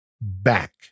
back